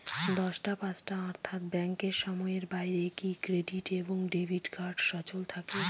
দশটা পাঁচটা অর্থ্যাত ব্যাংকের সময়ের বাইরে কি ক্রেডিট এবং ডেবিট কার্ড সচল থাকে?